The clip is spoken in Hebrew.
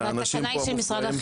האנשים פה נמצאים.